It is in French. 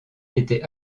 été